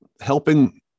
helping